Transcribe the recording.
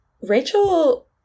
Rachel